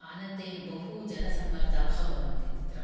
आनन्देन बहु जनसम्मर्दः भवति तत्र